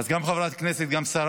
אז גם חברת כנסת, גם שרה,